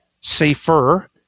safer